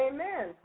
Amen